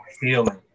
healing